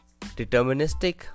deterministic